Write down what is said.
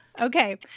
Okay